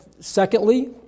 Secondly